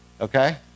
Okay